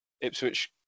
Ipswich